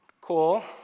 cool